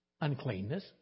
uncleanness